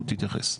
תתייחס.